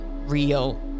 real